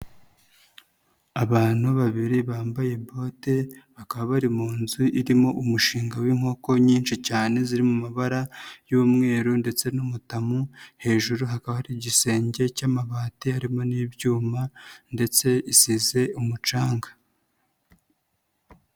Abantu babiri bambaye bote bakaba bari mu nzu irimo umushinga w'inkoko nyinshi cyane ziri mu mabara y'umweru ndetse n'umutamu, hejuru hakaba hari igisenge cy'amabati harimo n'ibyuma ndetse isize umucanga.